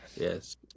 Yes